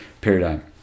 paradigm